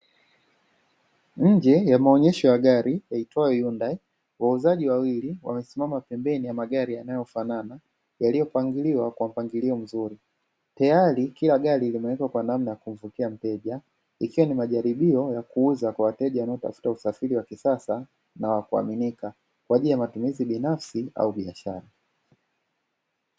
Nje ya maonyesho ya gari yaitwayo Hundai, wauzaji wawili wamesimama pembeni ya magari yanayofanana yaliyopangiliwa kwa mpangilio mzuri. Tayari kila gari limewekwa kwa namna ya kumpokea mteja ikiwa ni majaribio ya kuuza kwa wateja wanaotafuta usafiri wa kisasa na wa kuaminika kwa ajili ya matumizi binafsi au biashara.